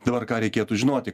dabar ką reikėtų žinoti